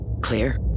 clear